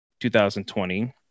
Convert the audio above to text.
2020